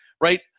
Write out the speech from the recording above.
right